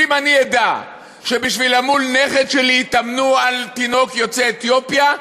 שאם אני אדע שבשביל למול נכד שלי יתאמנו על תינוק יוצא אתיופיה,